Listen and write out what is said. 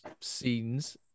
scenes